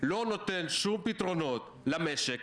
לא נותן שום פתרונות למשק,